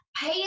pay